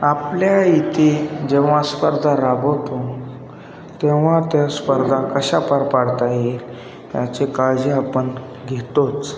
आपल्या इथे जेव्हा स्पर्धा राबवतो तेव्हा त्या स्पर्धा कशा पार पाडता येईल याचे काळजी आपण घेतोच